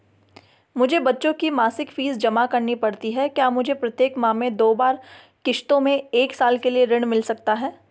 मुझे बच्चों की मासिक फीस जमा करनी पड़ती है क्या मुझे प्रत्येक माह में दो बार किश्तों में एक साल के लिए ऋण मिल सकता है?